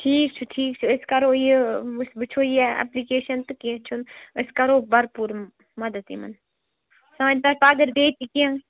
ٹھیٖک چھُ ٹھیٖک چھُ أسۍ کَرو یہِ أسۍ وٕچھو یہِ اٮ۪پلِکیشَن تہٕ کیٚنٛہہ چھُنہٕ أسۍ کَرو بَھرپوٗر مدَت یِمَن سانہِ طرفہٕ اگر بیٚیہِ تہِ کیٚنٛہہ